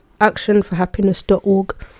actionforhappiness.org